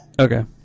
Okay